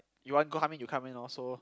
you want go how many you come in lor so